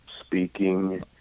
speaking